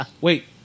Wait